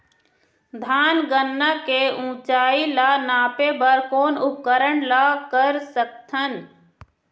धान गन्ना के ऊंचाई ला नापे बर कोन उपकरण ला कर सकथन?